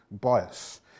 bias